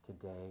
today